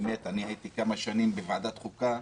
הייתי כמה שנים בוועדת החוקה,